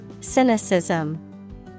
Cynicism